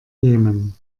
jemen